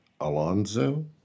Alonzo